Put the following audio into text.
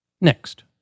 Next